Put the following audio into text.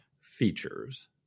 features